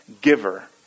giver